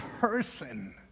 person